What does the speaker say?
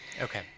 Okay